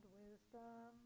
wisdom